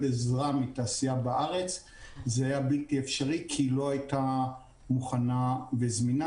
עזרה מתעשייה בארץ זה היה בלתי אפשרי כי היא לא הייתה מוכנה וזמינה,